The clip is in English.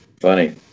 funny